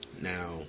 now